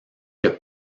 que